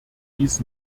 dies